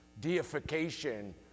deification